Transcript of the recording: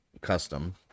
custom